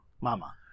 Mama